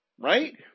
right